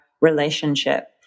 relationship